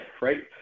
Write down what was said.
right